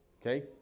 Okay